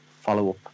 follow-up